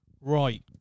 Right